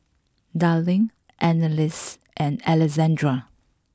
Darline Anneliese and Alexandra